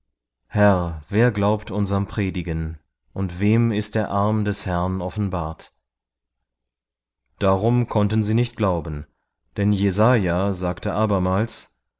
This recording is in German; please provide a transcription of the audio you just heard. herr wer glaubt unserm predigen und wem ist der arm des herrn offenbart darum konnten sie nicht glauben denn jesaja sagte abermals